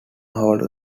holds